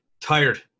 tired